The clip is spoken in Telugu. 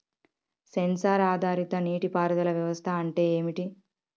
సెన్సార్ ఆధారిత నీటి పారుదల వ్యవస్థ అంటే ఏమిటి?